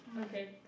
okay